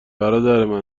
برادر